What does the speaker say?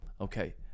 okay